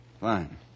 Fine